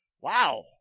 Wow